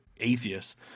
atheists